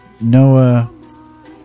Noah